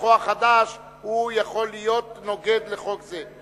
בנוסחו החדש יכול להיות נוגד לחוק זה.